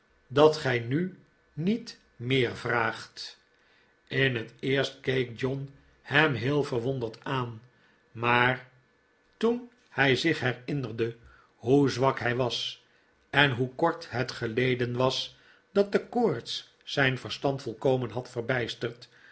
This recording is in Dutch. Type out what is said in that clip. dat gij nu niet meer vraagt in het eerst keek john hem heel verwonderd aan maar toen hij zich herinnerde hoe zwak hij was en hoe kort het geleden was dat de koorts zijn verstand volkomen had verbijsterd